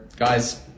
guys